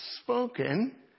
spoken